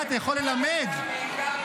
אני יכול ללמד אותך.